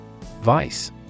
Vice